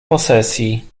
posesji